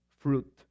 fruit